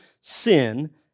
sin